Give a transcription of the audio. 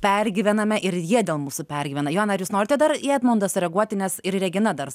pergyvename ir jie dėl mūsų pergyvena joaną ar jūs norite dar į edmundą sureaguoti nes ir regina dar